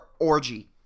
orgy